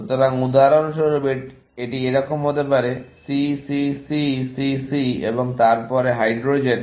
সুতরাং উদাহরণস্বরূপ এটি এরকম হতে পারে C C C C C এবং তারপর হাইড্রোজেন